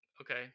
Okay